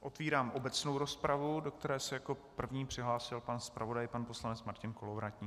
Otevírám obecnou rozpravu, do které se jako první přihlásil zpravodaj pan poslanec Martin Kolovratník.